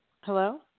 hello